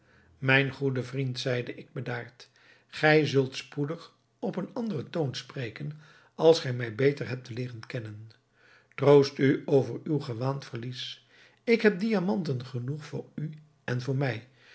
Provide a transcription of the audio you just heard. mijn goede vriend zeide ik bedaard gij zult spoedig op een anderen toon spreken als gij mij beter hebt leeren kennen troost u over uw gewaand verlies ik heb diamanten genoeg voor u en voor mij